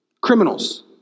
criminals